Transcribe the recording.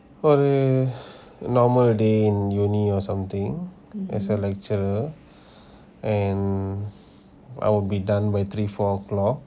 probably normal day in uni or something as a lecturer and I'll be done when three four O'clock